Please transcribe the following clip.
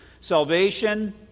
Salvation